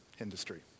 industry